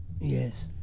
yes